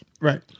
Right